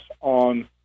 on